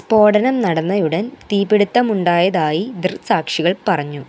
സ്ഫോടനം നടന്നയുടൻ തീപിടിത്തം ഉണ്ടായതായി ദൃക്സാക്ഷികൾ പറഞ്ഞു